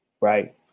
right